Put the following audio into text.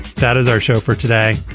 that is our show for today.